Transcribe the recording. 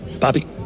Bobby